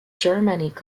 germanic